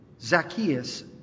Zacchaeus